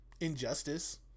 Injustice